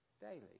daily